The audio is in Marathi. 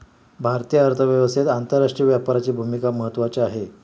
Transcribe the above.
भारतीय अर्थव्यवस्थेत आंतरराष्ट्रीय व्यापाराची भूमिका महत्त्वाची आहे